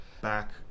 back